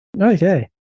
Okay